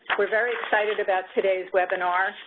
we're very excited about today's webinar,